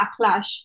backlash